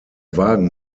wagen